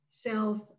self